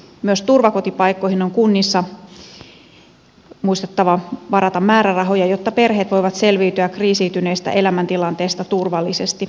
myös turvakotipaikkoihin on kunnissa muistettava varata määrärahoja jotta perheet voivat selviytyä kriisiytyneestä elämäntilanteesta turvallisesti